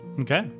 Okay